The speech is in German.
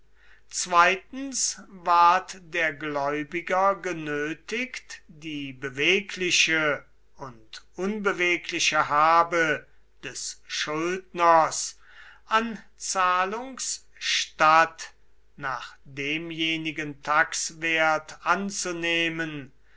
zweitens ward der gläubiger genötigt die bewegliche und unbewegliche habe des schuldners an zahlungs statt nach demjenigen taxwert anzunehmen